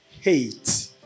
hate